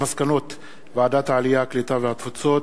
מסקנות ועדת העלייה, הקליטה והתפוצות